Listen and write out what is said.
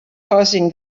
causing